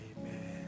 Amen